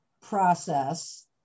process